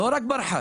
היא לא רק ברחה,